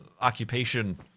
occupation